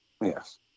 Yes